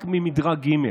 רק ממדרג ג'.